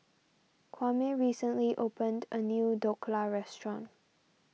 Kwame recently opened a new Dhokla restaurant